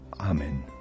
amen